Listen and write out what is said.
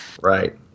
Right